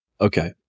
okay